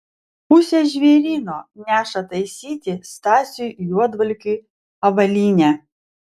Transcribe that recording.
pusė žvėryno neša taisyti stasiui juodvalkiui avalynę